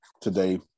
today